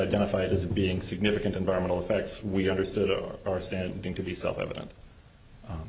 identified as being significant environmental effects we understood or our standing to be self